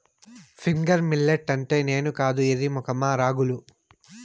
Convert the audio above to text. finger millet అంటే నేను కాదు ఎర్రి మొఖమా రాగులు